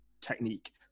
technique